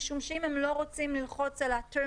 בגלל שאם הם לא רוצים ללחוץ על ה terms